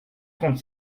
trente